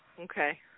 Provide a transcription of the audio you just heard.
okay